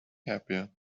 happier